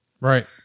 Right